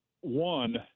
one